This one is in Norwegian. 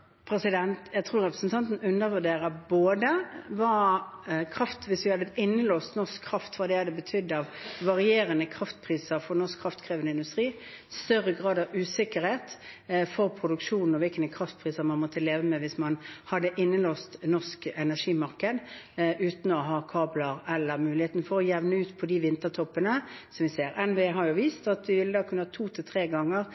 Jeg tror representanten undervurderer både hva innelåst norsk kraft hadde betydd i form av varierende kraftpriser for norsk kraftkrevende industri, større grad av usikkerhet for produksjon og hvilke kraftpriser man måtte leve med, hvis man hadde et innelåst norsk energimarked uten å ha kabler eller muligheten for å jevne ut for vintertoppene. NVE har jo vist at vi kunne hatt to–tre ganger så høye vinterpriser som det vi har